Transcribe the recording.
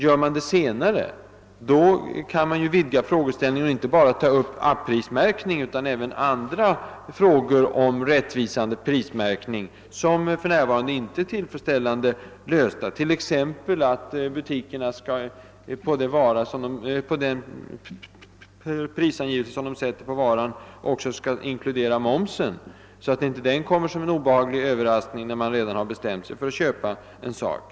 Gör man det senare kan man vidga frågeställningen och inte endast behandla a-prismärkningen utan även andra frågor om rättvisande prismärkning som för närvarande inte är tillfredsställande lösta, t.ex. att butikerna i det pris de sätter på varan också skall inkludera momsen, så att inte den kommer som en obehaglig överraskning i kassan, när man redan har bestämt sig för att köpa en sak.